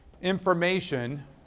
information